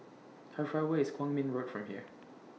How Far away IS Kwong Min Road from here